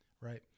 right